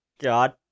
God